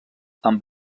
amb